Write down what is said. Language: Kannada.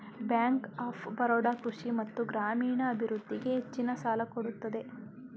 ಬ್ಯಾಂಕ್ ಆಫ್ ಬರೋಡ ಕೃಷಿ ಮತ್ತು ಗ್ರಾಮೀಣ ಅಭಿವೃದ್ಧಿಗೆ ಹೆಚ್ಚಿನ ಸಾಲ ಕೊಡುತ್ತದೆ